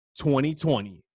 2020